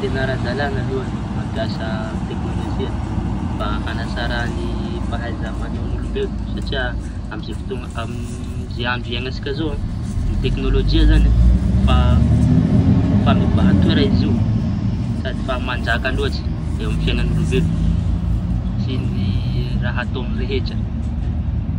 Teña ara-dalaña aloha ny mampiasa teknôlozia mba hañatsara ny fahaiza mañao ny olombelo. Satria amizao fotoa amizao andro hiañantsika zao a. Ny teknôlojia zañy efa mibaha toerañ'izy io sady efa manjaka loatsy eo amy fiañanan'olombelo sy ny raha ataoñy rehetra.